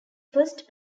first